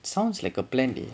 sounds like a plainly